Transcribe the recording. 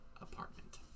apartment